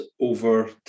over